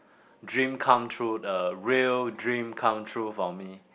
dream come true the real dream come true for me